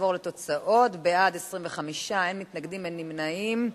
נעבור לתוצאות: בעד, 25, אין מתנגדים, אין נמנעים.